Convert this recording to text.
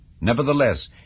Nevertheless